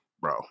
bro